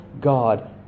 God